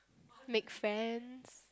make friends